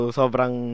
sobrang